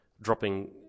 dropping